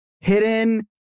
hidden